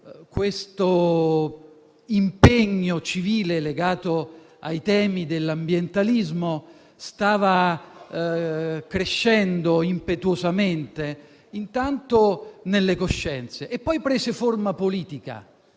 questo impegno civile legato ai temi dell'ambientalismo stava crescendo impetuosamente, intanto, nelle coscienze e, poi, prendendo forma politica